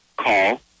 call